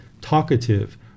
talkative